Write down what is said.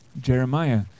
Jeremiah